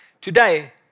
Today